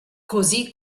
così